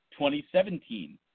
2017